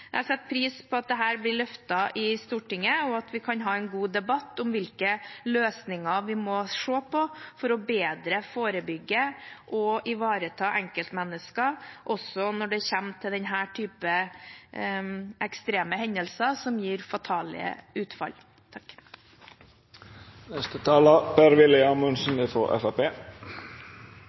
Jeg setter pris på at dette blir løftet i Stortinget, og at vi kan ha en god debatt om hvilke løsninger vi må se på for bedre å forebygge og ivareta enkeltmennesker også når det kommer til denne type ekstreme hendelser som gir fatale utfall.